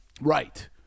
Right